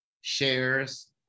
Shares